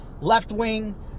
left-wing